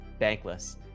bankless